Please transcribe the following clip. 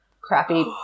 crappy